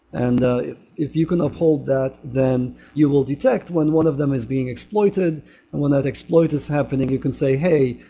and if you can uphold that, then you will detect when one of them is being exploited, and when that exploit is happening you can say, hey,